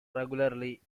regularly